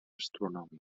astronòmiques